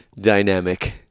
dynamic